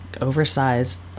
oversized